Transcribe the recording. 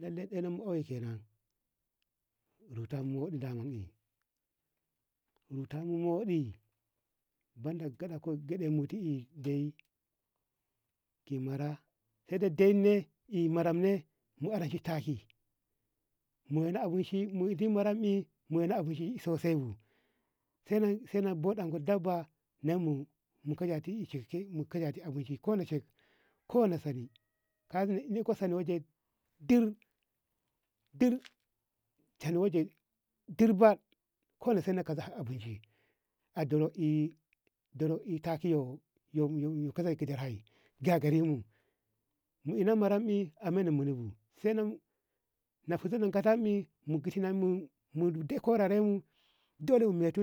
Lallai dena mei kenan ruta mu muɗi daman i rutamu moddi banda gaɗako ko gyeɗeko muti eh ku mara kadda deiyi ki mara kadda maram ne mu onoshi tashi mu wena abinci mu din marayi mu weina abinci sosaai bu sai na budan ko dabba namu mu kayati abinci koyace koya sali kazi niko sali dir dir tan dirbad dole sai na goge ki abinci adoro ey doro tatiyoo yo yo tizaraye gagaramu mu ina marayi amman na munebu sai na fizino gafayi mu gitino mundo koreremu dole mu metu